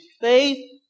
faith